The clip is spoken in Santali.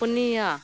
ᱯᱩᱱᱭᱟ